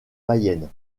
païennes